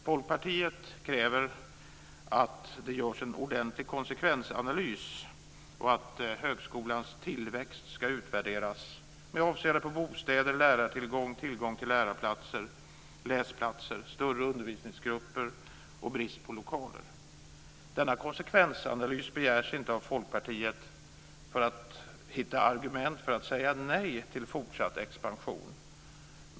Folkpartiet kräver att det görs en ordentlig konsekvensanalys och att högskolans tillväxt ska utvärderas med avseende på bostäder, lärartillgång, tillgång till lärarplatser och läsplatser, större undervisningsgrupper samt brist på lokaler. Denna konsekvensanalys begärs inte av Folkpartiet för att vi vill hitta argument för att säga nej till fortsatt expansion.